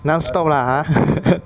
now stop lah !huh!